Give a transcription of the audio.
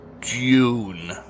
June